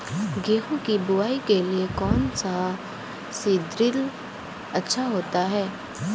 गेहूँ की बुवाई के लिए कौन सा सीद्रिल अच्छा होता है?